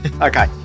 Okay